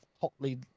hotly